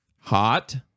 Hot